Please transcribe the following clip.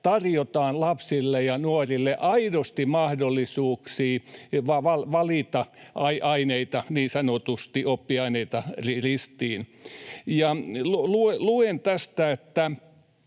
tarjotaan lapsille ja nuorille aidosti mahdollisuuksia valita aineita, niin sanotusti oppiaineita ristiin. Ja luen tästä